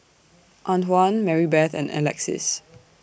Antwan Marybeth and Alexis